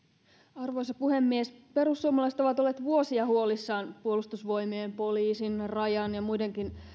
arvoisa puhemies perussuomalaiset ovat olleet vuosia huolissaan puolustusvoimien poliisin rajan ja muidenkin